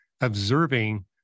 observing